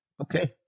Okay